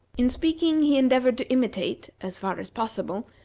in speaking he endeavored to imitate, as far as possible,